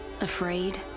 Afraid